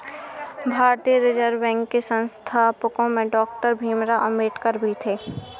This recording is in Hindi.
भारतीय रिजर्व बैंक के संस्थापकों में डॉक्टर भीमराव अंबेडकर भी थे